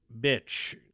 bitch